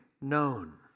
known